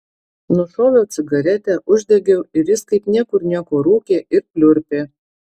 nušoviau cigaretę uždegiau ir jis kaip niekur nieko rūkė ir pliurpė